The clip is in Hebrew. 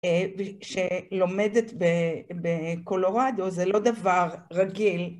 שלומדת בקולורדו זה לא דבר רגיל.